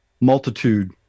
multitude